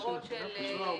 למסגרות של היל"ה,